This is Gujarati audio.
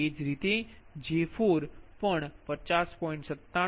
એ જ રીતે J4 પણ 50